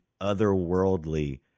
otherworldly